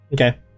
Okay